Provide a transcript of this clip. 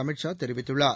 அமித் ஷா தெரிவித்துள்ளார்